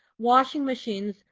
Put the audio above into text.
washing machines,